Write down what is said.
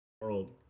world